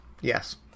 Yes